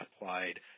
applied